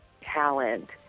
talent